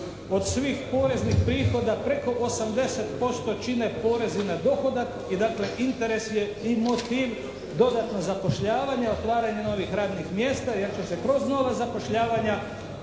od svih poreznih prihoda preko 80% čine porezi na dohodak i dakle interes je i motiv dodatno zapošljavanje, otvaranje novih radnih mjesta, jer će se kroz nova zapošljavanja